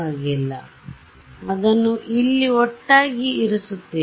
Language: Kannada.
ಆದ್ದರಿಂದ ಅದನ್ನು ಇಲ್ಲಿಒಟ್ಟಾಗಿ ಇರಿಸುತ್ತೇನೆ